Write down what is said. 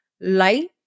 light